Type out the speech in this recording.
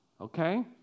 Okay